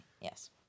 yes